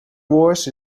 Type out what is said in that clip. wars